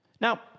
Now